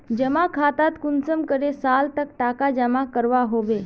जमा खातात कुंसम करे साल तक टका जमा करवा होबे?